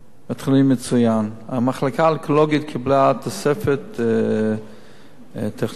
המחלקה האונקולוגית קיבלה תוספת טכנולוגיות.